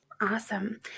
Awesome